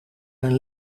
zijn